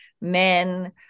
Men